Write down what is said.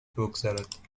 بگذرد